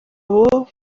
abo